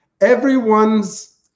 everyone's